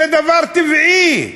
זה דבר טבעי,